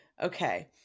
Okay